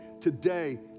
today